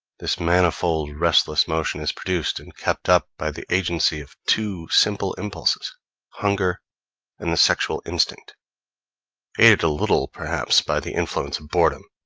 this manifold restless motion is produced and kept up by the agency of two simple impulses hunger and the sexual instinct aided a little, perhaps, by the influence of boredom,